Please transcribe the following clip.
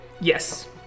Yes